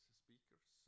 speakers